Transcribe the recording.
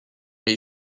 les